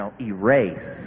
erase